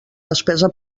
despesa